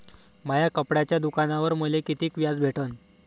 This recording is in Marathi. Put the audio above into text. माया कपड्याच्या दुकानावर मले कितीक व्याज भेटन?